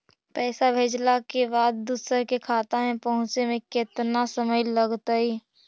पैसा भेजला के बाद दुसर के खाता में पहुँचे में केतना समय लगतइ?